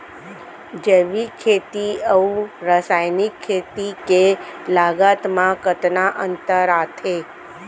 जैविक खेती अऊ रसायनिक खेती के लागत मा कतना अंतर आथे?